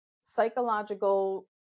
psychological